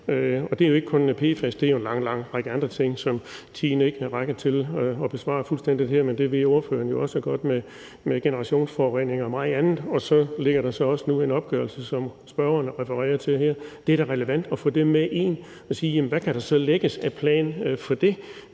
det er jo ikke kun PFAS; det er en lang, lang række andre ting, som tiden ikke rækker til at dække fuldstændigt her – med generationsforurening og meget andet. Men det ved ordføreren jo også godt. Og så ligger der så også nu en opgørelse, som spørgeren refererer til her. Det er da relevant at få det med ind og se, hvad der så kan lægges af plan for det.